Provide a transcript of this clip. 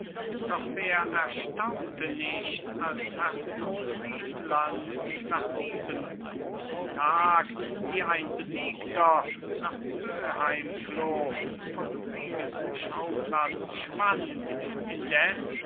doch wer erstaunte nicht als herzog friedland nach diesem großen tag wie ein besiegter nach böheim floh vom kriegesschauplatz schwand indes